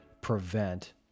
prevent